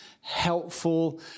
helpful